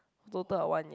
total up one year